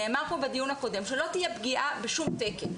נאמר פה בדיון הקודם שלא תהיה פגיעה בשום תקן.